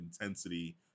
intensity